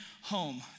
home